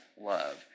love